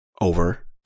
over